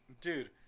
dude